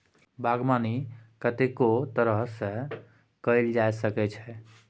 बागबानी कतेको तरह सँ कएल जा सकै छै